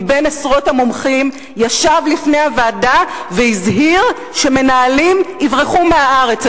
מבין עשרות המומחים ישב לפני הוועדה והזהיר שמנהלים יברחו מהארץ?